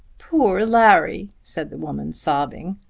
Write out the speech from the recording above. poor larry! said the woman sobbing.